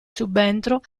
subentro